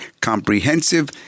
comprehensive